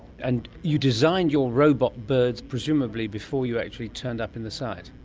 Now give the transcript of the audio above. and you designed your robot birds presumably before you actually turned up on the site?